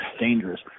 dangerous